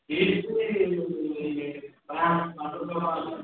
fees ସେଇ ପାଞ୍ଚଶହ